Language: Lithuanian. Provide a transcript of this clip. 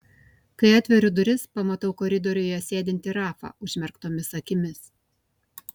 kai atveriu duris pamatau koridoriuje sėdintį rafą užmerktomis akimis